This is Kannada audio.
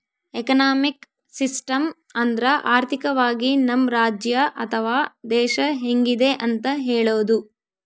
ಎಕನಾಮಿಕ್ ಸಿಸ್ಟಮ್ ಅಂದ್ರ ಆರ್ಥಿಕವಾಗಿ ನಮ್ ರಾಜ್ಯ ಅಥವಾ ದೇಶ ಹೆಂಗಿದೆ ಅಂತ ಹೇಳೋದು